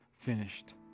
finished